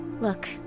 Look